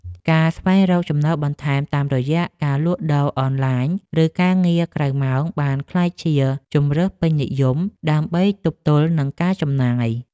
ការស្វែងរកចំណូលបន្ថែមតាមរយៈការលក់ដូរអនឡាញ ឬការងារក្រៅម៉ោងបានក្លាយជាជម្រើសពេញនិយមដើម្បីទប់ទល់នឹងការចំណាយ។